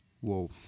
whoa